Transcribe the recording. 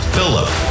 Philip